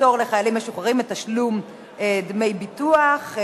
פטור לחיילים משוחררים מתשלום דמי ביטוח),